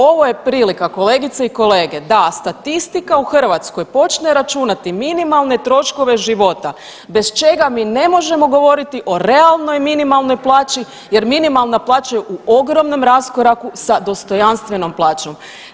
Ovo je prilika kolegice i kolege da statistika u Hrvatskoj počne računati minimalne troškove života bez čega mi ne možemo govoriti o realnoj minimalnoj plaći jer minimalna plaća je u ogromnom raskoraku sa dostojanstvenom plaćom.